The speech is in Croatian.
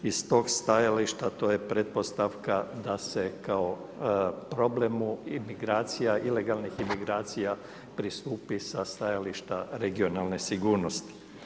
Iz tog stajališta to je pretpostavka da se kao problemu imigracija, ilegalnih imigracija pristupi sa stajališta regionalne sigurnosti.